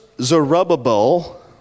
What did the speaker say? Zerubbabel